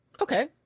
Okay